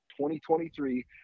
2023